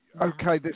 Okay